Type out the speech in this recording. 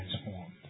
transformed